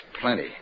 plenty